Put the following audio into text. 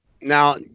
Now